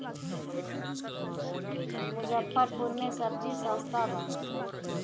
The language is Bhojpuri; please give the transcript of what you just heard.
मुजफ्फरपुर में सबजी सस्ता बा